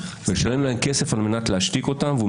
לשלם להם כסף על מנת להשתיק אותם והוא